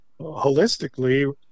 holistically